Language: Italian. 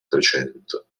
trecento